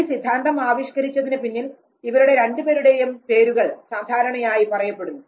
ഈ സിദ്ധാന്തം ആവിഷ്കരിച്ചതിനുപിന്നിൽ ഇവരുടെ രണ്ടു പേരുടെയും പേരുകൾ സാധാരണയായി പറയപ്പെടുന്നു